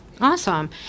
awesome